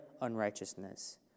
unrighteousness